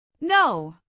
No